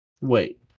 Wait